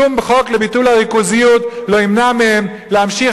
שום חוק לביטול הריכוזיות לא ימנע מהם להמשיך